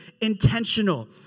intentional